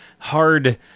hard